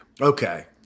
Okay